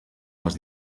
les